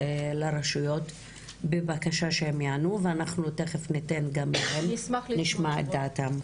לרשויות בבקשה שהם יענו ואנחנו תיכף ניתן גם להם ונשמע את דעתם.